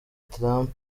trump